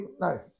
no